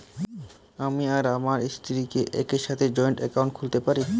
আমি আর আমার স্ত্রী কি একসাথে জয়েন্ট অ্যাকাউন্ট খুলতে পারি?